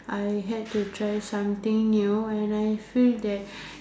I had to try something new and I feel that